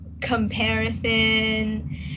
comparison